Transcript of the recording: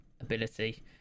ability